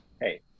hey